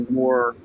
more